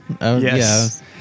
Yes